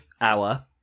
hour